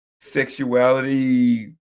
sexuality